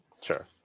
Sure